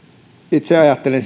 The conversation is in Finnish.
itse ajattelen